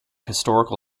historical